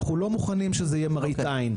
אנחנו לא מוכנים שזה יהיה מראית עין.